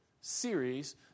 series